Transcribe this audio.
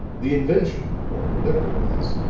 the invention, or whatever it was,